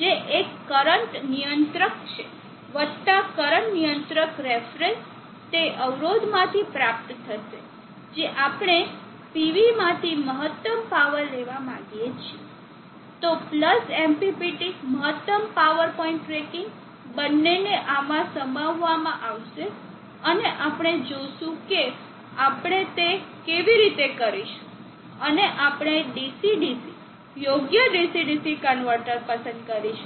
જે એક કરંટ નિયંત્રક છે વત્તા કરંટ નિયંત્રક રેફરન્સ તે અવરોધમાંથી પ્રાપ્ત થશે જે આપણે PV માંથી મહત્તમ પાવર લેવા માંગીએ છીએ તો પ્લસ MPPT મહત્તમ પાવર પોઇન્ટ ટ્રેકિંગ બંનેને આમાં સમાવવામાં આવશે અને આપણે જોશું કે આપણે તે કેવી રીતે કરીશું અને આપણે DC DC યોગ્ય DC DC કન્વર્ટર પસંદ કરી શકીશું